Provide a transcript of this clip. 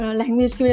language